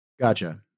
gotcha